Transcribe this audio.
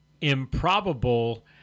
improbable